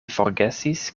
forgesis